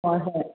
ꯍꯣꯏ ꯍꯣꯏ